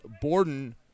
Borden